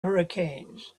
hurricanes